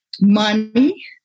money